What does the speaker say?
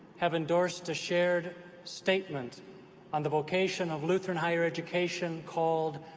have endorsed a shared statement on the vocation of lutheran higher education called,